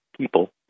people